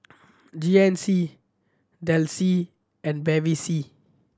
G N C Delsey and Bevy C